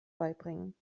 beibringen